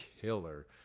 killer